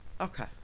Okay